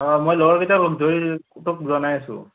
অঁ মই লগৰ কেইটা লগ ধৰি তোক জনাই আছোঁ